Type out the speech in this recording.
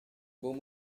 buca